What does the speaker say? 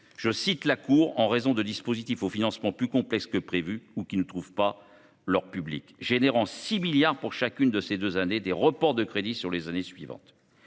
des comptes, « en raison de dispositifs au financement plus complexes que prévu ou qui ne trouvent pas leur public », entraînant 6 milliards d’euros pour chacune de ces deux années de reports de crédits sur les années suivantes.